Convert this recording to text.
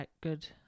good